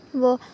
अब